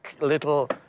little